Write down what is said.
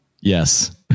Yes